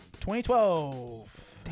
2012